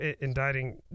indicting